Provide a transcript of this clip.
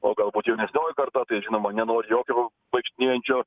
o galbūt jaunesnioji karta tai žinoma nenori jokio vaikštinėjančio